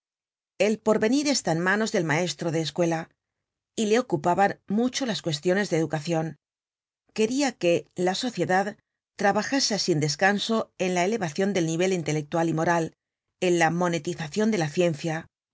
el porvenir está en manos del maestro de escuela y le ocupaban mucho las cuestiones de educacion queria que la sociedad trabajase sin descanso en la elevacion del nivel intelectual y moral en la monetizacion de la ciencia